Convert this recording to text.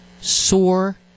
sore